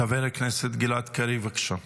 חבר הכנסת גלעד קריב, בבקשה.